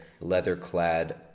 leather-clad